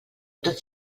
tots